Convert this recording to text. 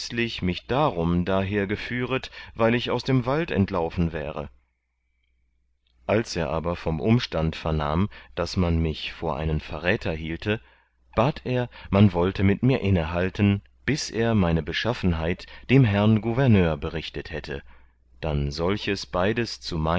mich darum daher geführet weil ich aus dem wald entlaufen wäre als er aber vom umstand vernahm daß man mich vor einen verräter hielte bat er man wollte mit mir inhalten bis er meine beschaffenheit dem herrn gouverneur berichtet hätte dann solches beides